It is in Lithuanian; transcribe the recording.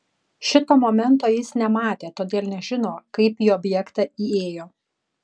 šito momento jis nematė todėl nežino kaip į objektą įėjo